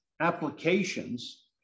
applications